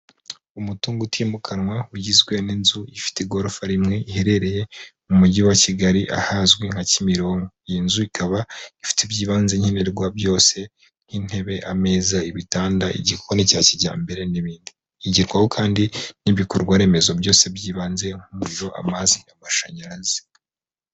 Umutungo utimukanwa ugizwe n'inzu ifite igorofa rimwe riherereye mu mujyi wa Kigali ahazwi nka kimironko, iyi nzu ikaba ifite ibyibanze nkenerwa byose nk'intebe, ameza, ibitanda, igikoni cya kijyambere n'ibindi igerwaho kandi n'ibikorwa remezo byose byibanze nk'umuriro, amazi n'amashanyarazi.